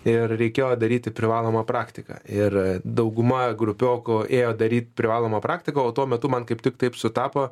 ir reikėjo daryti privalomą praktiką ir dauguma grupiokų ėjo daryt privalomą praktiką o tuo metu man kaip tik taip sutapo